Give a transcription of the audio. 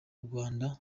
rwanda